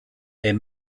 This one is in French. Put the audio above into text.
est